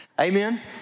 Amen